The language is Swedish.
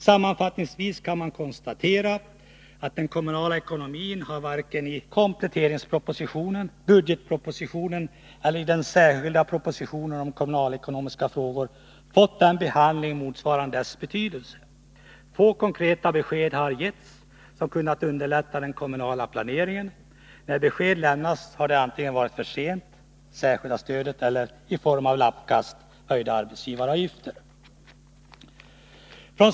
Sammanfattningsvis kan man konstatera att den kommunala ekonomin varken i kompletteringspropositionen, i budgetpropositionen eller i den 189 särskilda propositionen om kommunalekonomiska frågor har fått en behandling motsvarande dess betydelse. Få konkreta besked har getts som kunnat underlätta den kommunala planeringen. När besked lämnats har det antingen varit sent — särskilda stödet — eller i form av lappkast — höjda arbetsgivaravgifter.